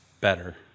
better